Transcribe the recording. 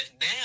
now